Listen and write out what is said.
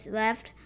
left